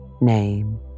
name